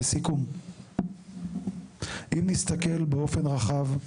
לסיכום, אם נסתכל באופן רחב,